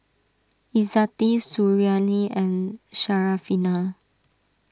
Izzati Suriani and Syarafina